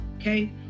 okay